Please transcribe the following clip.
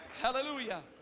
Hallelujah